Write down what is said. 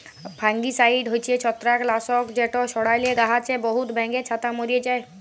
fungicide হছে ছত্রাক লাসক যেট ছড়ালে গাহাছে বহুত ব্যাঙের ছাতা ম্যরে যায়